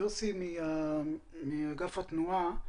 יוסי, אגף התנועה.